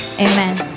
amen